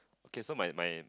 K so my my